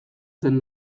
zen